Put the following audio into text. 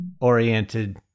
oriented